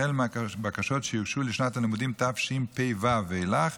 החל מהבקשות שיוגשו לשנת הלימודים תשפ"ו ואילך,